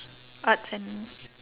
arts and